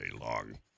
long